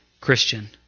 Christian